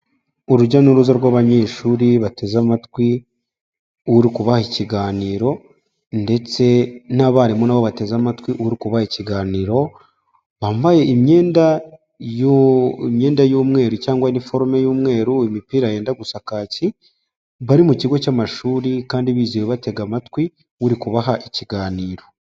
Urujya n'uruza rw'abanyeshuri bateze amatwi uri kubaha ikiganiro, ndetse n'abarimu nabo bateze amatwi uri kubaha ikiganiro, wambaye imyenda imyenda y'umweru cyangwa iniforome y'umweru, imipira yenda gusa kaki, bari mu kigo cy'amashuri kandi bizeye uba batega amatwi uri kubaha ikiganiro.